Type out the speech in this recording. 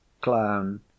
Clown